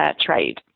trade